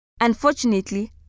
Unfortunately